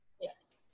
Yes